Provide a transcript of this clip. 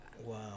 Wow